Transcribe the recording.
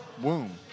womb